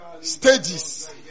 stages